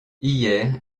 hier